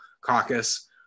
Caucus